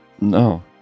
No